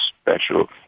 special